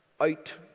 out